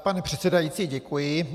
Pane předsedající, děkuji.